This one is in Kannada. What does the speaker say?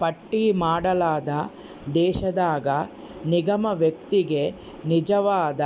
ಪಟ್ಟಿ ಮಾಡಲಾದ ದೇಶದಾಗ ನಿಗಮ ವ್ಯಕ್ತಿಗೆ ನಿಜವಾದ